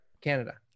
Canada